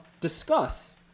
discuss